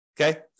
okay